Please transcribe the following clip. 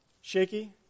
Shaky